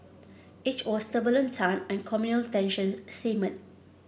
it was turbulent time and communal tensions simmered